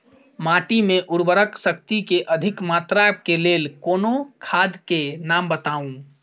माटि मे उर्वरक शक्ति केँ अधिक मात्रा केँ लेल कोनो खाद केँ नाम बताऊ?